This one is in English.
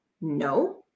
No